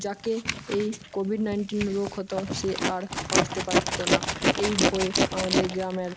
যাকে এই covid nineteen রোগ হতো সে আর বাঁচতে পারতো না এই ভয়ে আমাদের গ্রামের